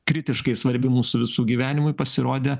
kritiškai svarbi mūsų visų gyvenimui pasirodė